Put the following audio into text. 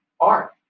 art